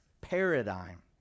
paradigm